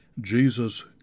Jesus